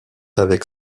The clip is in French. avec